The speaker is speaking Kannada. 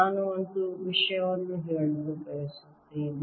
ನಾನು ಒಂದು ವಿಷಯವನ್ನು ಹೇಳಲು ಬಯಸುತ್ತೇನೆ